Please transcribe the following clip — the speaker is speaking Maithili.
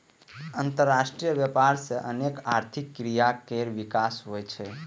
अंतरराष्ट्रीय व्यापार सं अनेक आर्थिक क्रिया केर विकास होइ छै